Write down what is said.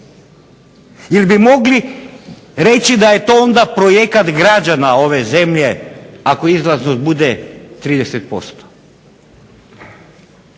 Jer bi mogli reći da je to onda projekat građana ove zemlje ako izlaznost bude 30%.